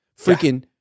Freaking